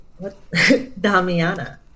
Damiana